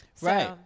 Right